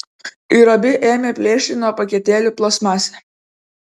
ir abi ėmė plėšti nuo paketėlių plastmasę